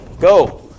go